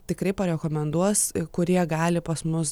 tikrai parekomenduos kurie gali pas mus